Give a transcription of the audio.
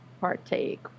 partake